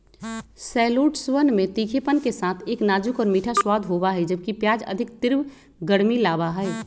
शैलोट्सवन में तीखेपन के साथ एक नाजुक और मीठा स्वाद होबा हई, जबकि प्याज अधिक तीव्र गर्मी लाबा हई